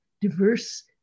diverse